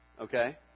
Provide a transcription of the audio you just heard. okay